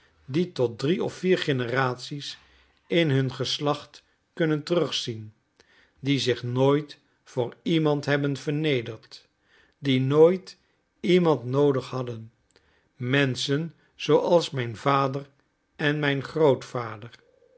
die tot drie of vier generaties in hun geslacht kunnen terugzien die zich nooit voor iemand hebben vernederd die nooit iemand noodig hadden menschen zooals mijn vader en mijn grootvader